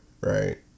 right